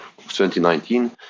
2019